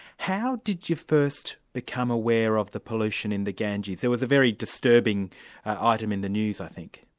how did you first become aware of the pollution in the ganges? there was a very disturbing item in the news, i think.